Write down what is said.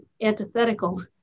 antithetical